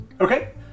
Okay